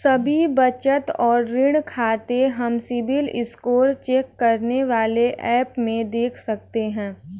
सभी बचत और ऋण खाते हम सिबिल स्कोर चेक करने वाले एप में देख सकते है